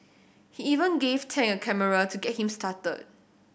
he even gave Tang a camera to get him started